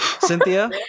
Cynthia